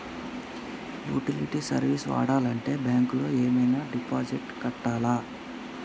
Utility service వాడాలంటే bank లో ఏమైనా డిపాజిట్ కట్టాలా?